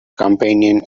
companion